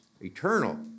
eternal